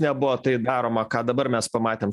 nebuvo tai daroma ką dabar mes pamatėm